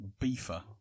beefer